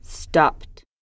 Stopped